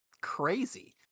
crazy